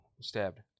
stabbed